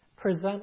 present